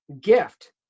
gift